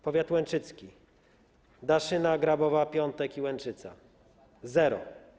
Powiat łęczycki: Daszyna, Grabów, Piątek i Łęczyca - zero.